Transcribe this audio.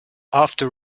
after